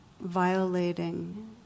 violating